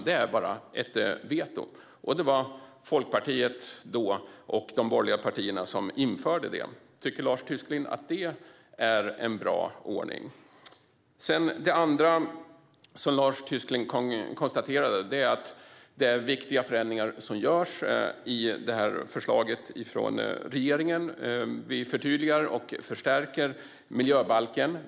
Det är bara ett veto, och det var dåvarande Folkpartiet och de borgerliga partierna som införde detta. Tycker Lars Tysklind att det är en bra ordning? Det andra som Lars Tysklind konstaterade var att det är viktiga förändringar som görs i detta förslag från regeringen. Vi förtydligar och förstärker miljöbalken.